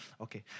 Okay